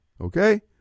Okay